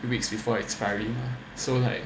weeks before expiring mah so like